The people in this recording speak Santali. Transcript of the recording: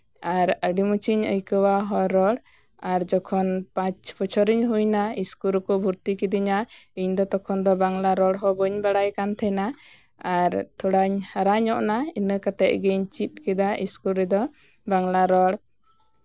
ᱟᱨ ᱟᱹᱰᱤ ᱢᱚᱪᱤᱧ ᱟᱹᱭᱠᱟᱹᱣᱟ ᱦᱚᱲ ᱨᱚᱲ ᱟᱨ ᱡᱚᱠᱷᱚᱱ ᱯᱟᱸᱪ ᱵᱚᱪᱷᱚᱨᱤᱧ ᱦᱩᱭᱮᱱᱟ ᱥᱠᱩᱞ ᱨᱮᱠᱚ ᱵᱷᱚᱨᱛᱤ ᱠᱤᱫᱤᱧᱟ ᱤᱧ ᱫᱚ ᱛᱚᱠᱷᱚᱱ ᱫᱚ ᱵᱟᱝᱞᱟ ᱨᱚᱲ ᱫᱚ ᱵᱟᱹᱧ ᱵᱟᱲᱟᱭ ᱠᱟᱱ ᱛᱟᱦᱮᱱᱟ ᱟᱨ ᱛᱷᱚᱲᱟᱧ ᱦᱟᱨᱟ ᱧᱚᱜ ᱱᱟ ᱤᱱᱟᱹ ᱠᱟᱛᱮ ᱜᱮ ᱪᱮᱫ ᱠᱮᱫᱟ ᱥᱠᱩᱞ ᱨᱮᱫᱚ ᱵᱟᱝᱞᱟ ᱨᱚᱲ